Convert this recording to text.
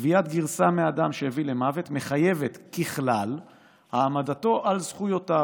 גביית גרסה מאדם שהביא למוות מחייבת ככלל העמדתו על זכויותיו,